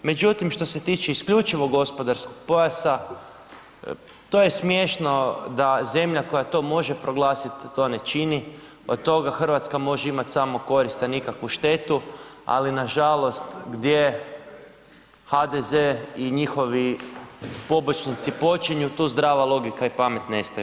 Međutim, što se tiče isključivog gospodarskog pojasa, to je smiješno da zemlja koja to može proglasit, to ne čini, od toga RH može imat samo korist, a nikakvu štetu, ali nažalost gdje HDZ i njihovi pobočnici počinju, tu zdrava logika i pamet nestaju.